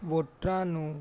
ਵੋਟਰਾਂ ਨੂੰ